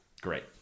Great